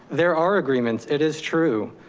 there are agreements, it is true,